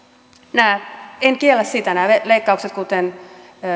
en kiellä sitä kuten